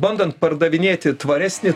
bandant pardavinėti tvaresnį